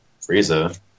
Frieza